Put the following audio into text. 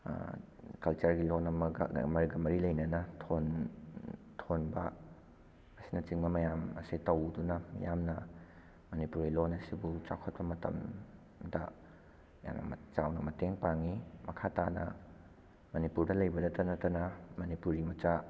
ꯀꯜꯆꯔꯒꯤ ꯂꯣꯟ ꯑꯃꯈꯛꯀ ꯃꯔꯤ ꯂꯩꯅꯅ ꯊꯣꯟꯕ ꯑꯁꯤꯅꯆꯤꯡꯕ ꯃꯌꯥꯝ ꯑꯁꯦ ꯇꯧꯗꯨꯅ ꯃꯤꯌꯥꯝꯅ ꯃꯔꯤꯄꯨꯔꯤ ꯂꯣꯟ ꯑꯁꯤꯕꯨ ꯆꯥꯎꯈꯠꯄ ꯃꯇꯝꯗ ꯌꯥꯝꯅ ꯆꯥꯎꯅ ꯃꯇꯦꯡ ꯄꯥꯡꯉꯤ ꯃꯈꯥ ꯇꯥꯅ ꯃꯅꯤꯄꯨꯔꯗ ꯂꯩꯕꯗꯗꯇ ꯅꯠꯇꯅ ꯃꯅꯤꯄꯨꯔꯤ ꯃꯆꯥ